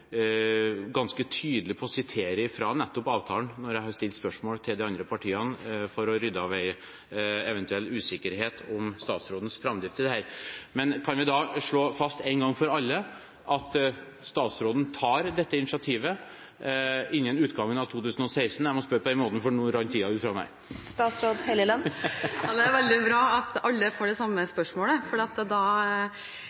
ganske tydelig på å sitere fra nettopp avtalen når jeg har stilt spørsmål til de andre partiene for å rydde av veien eventuell usikkerhet om statsrådens framdrift i dette. Kan vi da slå fast en gang for alle at statsråden tar dette initiativet innen utgangen av 2016? Jeg må spørre på den måten, for nå rant tiden ifra meg. Det er veldig bra at alle får det samme